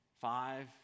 Five